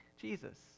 Jesus